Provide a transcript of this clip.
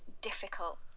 difficult